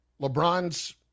LeBron's